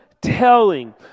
telling